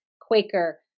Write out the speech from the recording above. Quaker